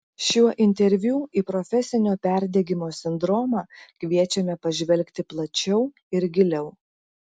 šiuo interviu į profesinio perdegimo sindromą kviečiame pažvelgti plačiau ir giliau